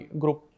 group